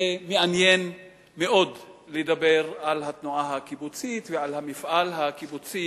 זה מעניין מאוד לדבר על התנועה הקיבוצית ועל המפעל הקיבוצי